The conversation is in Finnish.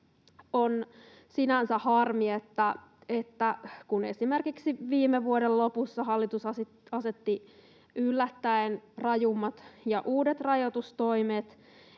On sinänsä harmi, että kun esimerkiksi viime vuoden lopussa hallitus asetti yllättäen rajummat uudet rajoitustoimet,